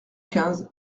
quinze